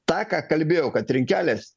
tą ką kalbėjau kad trinkelės